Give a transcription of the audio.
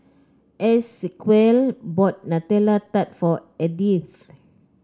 Esequiel bought Nutella Tart for Edythe